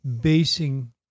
basing